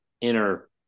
inner